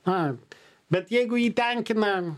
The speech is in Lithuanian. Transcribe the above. na bet jeigu jį tenkina